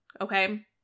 Okay